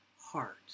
heart